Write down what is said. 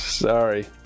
Sorry